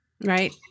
Right